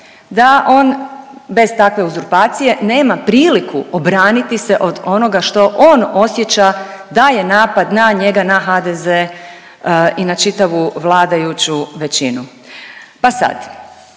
da on bez takve uzurpacije nema priliku obraniti se od onoga što on osjeća da je napad na njega, na HDZ i na čitavu vladajuću većinu. Pa sad,